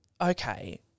Okay